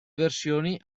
versioni